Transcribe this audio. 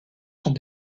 sont